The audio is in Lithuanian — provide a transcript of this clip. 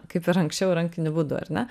kaip ir anksčiau rankiniu būdu ar ne